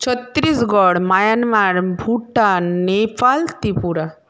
Chhattisgarh Myanmar Bhutan Nepal Tripura